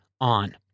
on